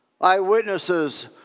Eyewitnesses